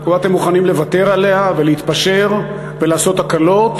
או שאתם מוכנים לוותר עליה ולהתפשר ולעשות הקלות